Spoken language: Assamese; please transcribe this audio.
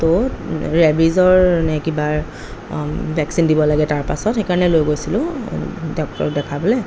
তৌ ৰেবিজৰ নে কিবাৰ ভেকচিন দিব লাগে তাৰপাছত সেইকাৰণে লৈ গৈছিলোঁ ডক্টৰক দেখাবলৈ